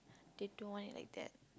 they want act like that